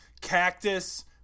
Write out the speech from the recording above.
Cactus